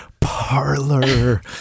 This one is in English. parlor